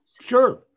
Sure